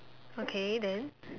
okay then